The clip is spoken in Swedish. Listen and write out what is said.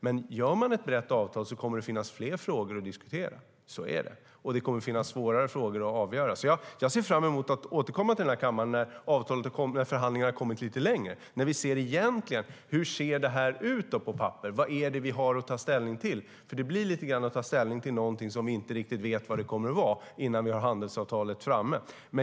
Men träffar man ett brett avtal kommer det att finnas fler frågor att diskutera. Så är det. Och det kommer att finnas svårare frågor att avgöra. Jag ser fram emot att återkomma till kammaren när förhandlingarna har kommit lite längre, när vi ser hur det egentligen ser ut på papperet och vad det är vi har att ta ställning till. Det blir lite grann att ta ställning till någonting som vi inte riktigt vet vad det kommer att vara innan vi har handelsavtalet framme.